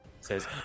Says